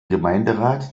gemeinderat